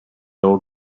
old